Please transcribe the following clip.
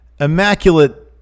immaculate